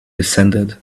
descended